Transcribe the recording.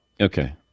Okay